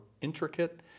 intricate